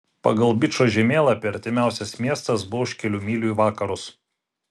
pagal bičo žemėlapį artimiausias miestas buvo už kelių mylių į vakarus